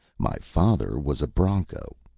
my father was a bronco.